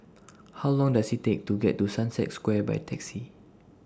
How Long Does IT Take to get to Sunset Square By Taxi